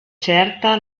certa